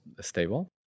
stable